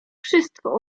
wszystko